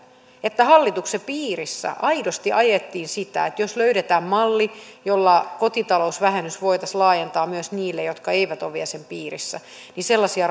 hallituksen piirissä aidosti ajettiin sitä että löydetään malli jolla kotitalousvähennys voitaisiin laajentaa myös niille jotka eivät ole vielä sen piirissä sellaisia